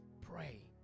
Pray